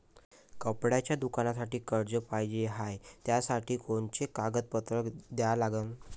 कपड्याच्या दुकानासाठी कर्ज पाहिजे हाय, त्यासाठी कोनचे कागदपत्र द्या लागन?